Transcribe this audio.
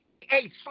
hey